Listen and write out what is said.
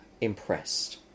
impressed